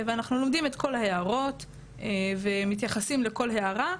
אנחנו לומדים את כל ההערות ומתייחסים לכל הערה,